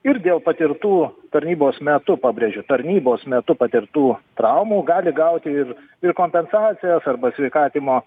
ir dėl patirtų tarnybos metu pabrėžiu tarnybos metu patirtų traumų gali gauti ir ir kompensacijas arba sveikatinimo